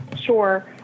Sure